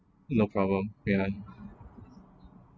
no problem ya